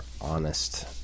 honest